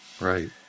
Right